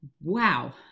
Wow